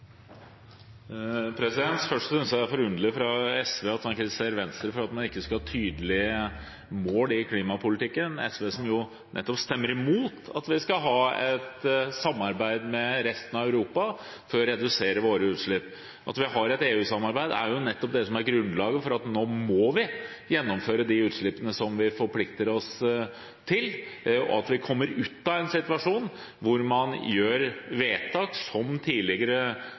er forunderlig at SV kritiserer Venstre for ikke å ha tydelige mål i klimapolitikken, SV som nettopp stemmer imot at vi skal ha et samarbeid med resten av Europa for å redusere våre utslipp. Det at vi har et EU-samarbeid, er nettopp grunnlaget for at vi nå må gjennomføre de utslippene som vi forplikter oss til, at vi kommer ut av en situasjon hvor man gjør vedtak som i tidligere